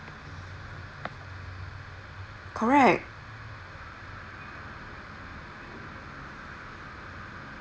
correct